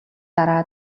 дараа